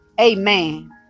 Amen